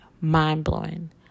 Mind-blowing